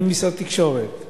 משרד התקשורת או